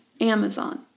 Amazon